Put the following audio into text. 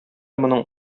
моның